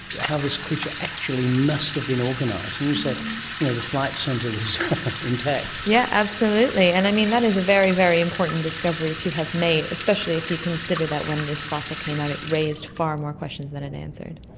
how this creature actually must have been organised. and you say you know the flight centre was intact. yes, yeah absolutely. and that is a very, very important discovery to have made, especially if you consider that when this fossil came out it raised far more questions than it answered.